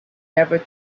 never